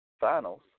finals